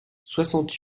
soixante